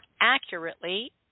accurately